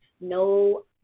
no